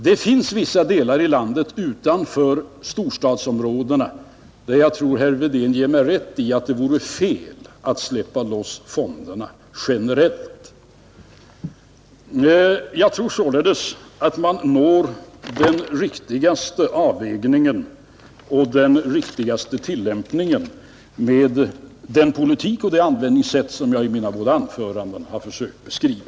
Det finns vissa delar i landet utanför storstadsområdena där jag tror herr Wedén ger mig rätt i att det vore fel att släppa loss fonderna generellt. Jag tror således att man når den riktigaste avvägningen och den riktigaste tillämpningen med den politik och det användningssätt som jag i mina båda anföranden har försökt beskriva.